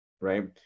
Right